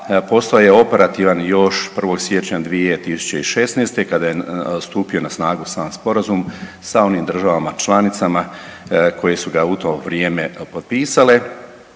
postao je operativan još 1. siječnja 2016. kada je stupio na snagu sam sporazum sa onim državama članicama koje su ga u to vrijeme potpisale